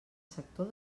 sector